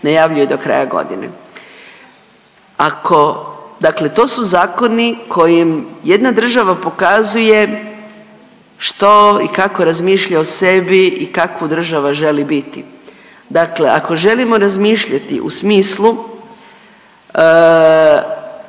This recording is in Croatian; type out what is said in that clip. najavljuje do kraja godine. Ako, dakle to su zakoni kojim jedna država pokazuje što i kako razmišlja o sebi i kakva država želi biti. Dakle ako želimo razmišljati u smislu